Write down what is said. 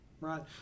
right